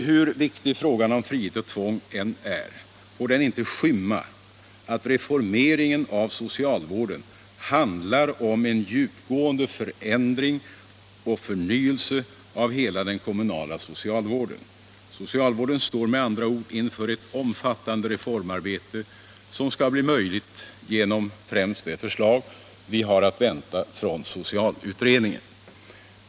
Hur viktig frågan om frihet och tvång än är får den inte skymma att reformeringen av socialvården handlar om en djupgående förändring och förnyelse av hela den kommunala socialvården. Socialvården står med andra ord inför ett omfattande reformarbete, som skall bli möjligt genom främst det förslag vi har att vänta från socialutredningen.